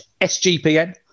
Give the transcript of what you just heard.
sgpn